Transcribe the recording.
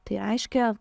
tai reiškia